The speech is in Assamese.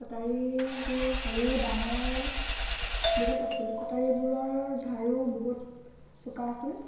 কটাৰীবোৰ সৰু ডাঙৰ বহুত আছিল কটাৰীবোৰৰ ধাৰো বহুত চোকা আছিল